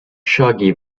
shogi